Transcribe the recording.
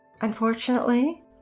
Unfortunately